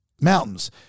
mountains